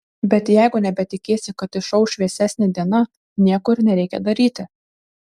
bet jeigu nebetikėsi kad išauš šviesesnė diena nieko ir nereikia daryti